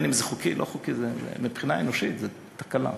חוקי ואם זה לא חוקי, מבחינה אנושית זו תקלה,